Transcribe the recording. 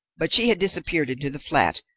but she had disappeared into the flat,